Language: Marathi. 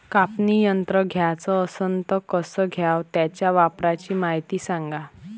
कापनी यंत्र घ्याचं असन त कस घ्याव? त्याच्या वापराची मायती सांगा